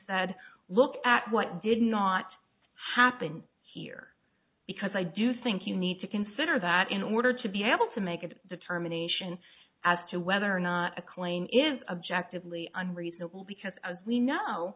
said look at what did not happen here because i do think you need to consider that in order to be able to make a determination as to whether or not a claim is objective lee unreasonable because as we know